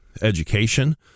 education